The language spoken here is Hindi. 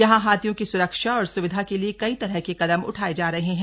यहां हाथियों की सुरक्षा और सुविधा के लिए कई तरह के कदम उठाये जा रहे हैं